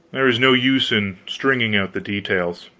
there is no use in stringing out the details.